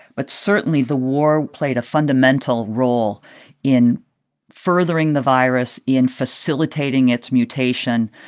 but certainly the war played a fundamental role in furthering the virus, in facilitating its mutation,